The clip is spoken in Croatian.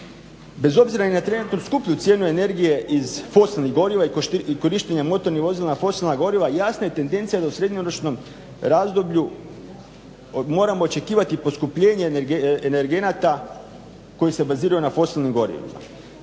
Bez obzira i na trenutnu skuplju cijenu energije iz fosilnih goriva i korištenje motornih vozila na fosilna goriva jasna je tendencija da u srednjeročnom razdoblju moramo očekivati poskupljenje energenata koji se baziraju na fosilnim gorivima.